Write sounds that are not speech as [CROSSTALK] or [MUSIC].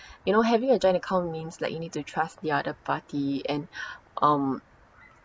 you know having a joint account means like you need to trust the other party and [BREATH] um